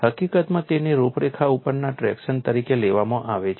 હકીકતમાં તેને રૂપરેખા ઉપરના ટ્રેક્શન તરીકે લેવામાં આવે છે